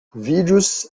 vídeos